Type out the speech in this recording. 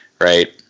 right